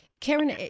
Karen